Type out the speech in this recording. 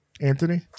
Anthony